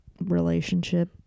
relationship